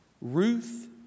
Ruth